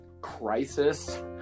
crisis